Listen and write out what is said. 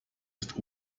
ist